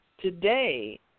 today